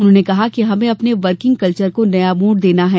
उन्होंने कहा कि हमें अपने वर्किंग कल्वर को नया मोड़ देना है